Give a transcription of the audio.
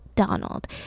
donald